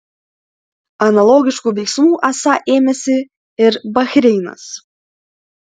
analogiškų veiksmų esą ėmėsi ir bahreinas